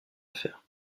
affaire